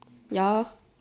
ya